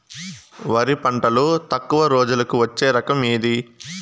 వరి పంటలో తక్కువ రోజులకి వచ్చే రకం ఏది?